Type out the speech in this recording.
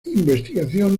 investigación